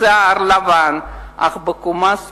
בשיער לבן אך בקומה זקופה,